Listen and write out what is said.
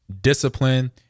discipline